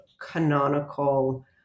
canonical